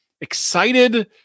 excited